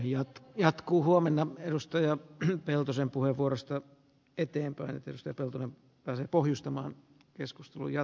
ja jatkuu huomenna edustaja peltosen puheenvuorosta eteenpäinetystä peltonen pääsi pohjustamaan keskusteluja